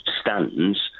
stands